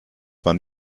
war